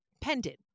pendant